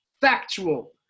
factual